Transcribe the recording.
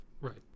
Right